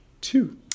two